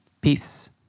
Peace